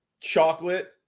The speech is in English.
Chocolate